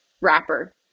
wrapper